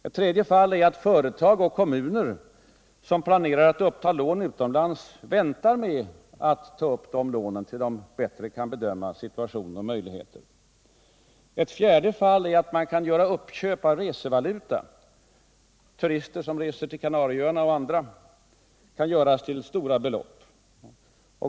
Ett tredje fall är att företag. och kommuner som planerar att uppta lån utomlands väntar med att ta upp de lånen tills de bättre kan bedöma situationen. Ett fjärde fall är att turister som reser till Kanarieöarna eller till någon annan plats gör uppköp av resevaluta till stora belopp.